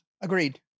Agreed